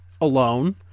alone